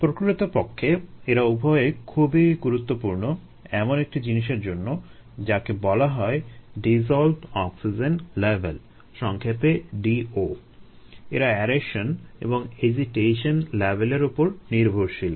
প্রকৃতপক্ষে এরা উভয়েই খুবই গুরুত্বপূর্ণ এমন একটি জিনিসের জন্য যাকে বলা হয় Dissolved Oxygen level সংক্ষেপে DO এর অ্যারেশন এবং এজিটেশন লেভেলের উপর নির্ভরশীল